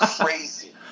crazy